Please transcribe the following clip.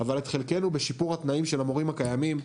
אבל את חלקנו בשיפור התנאים של המורים הקיימים,